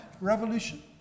revolution